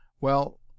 Well